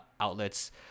outlets